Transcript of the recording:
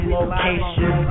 location